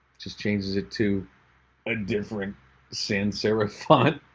just changes it to a different sans serif font.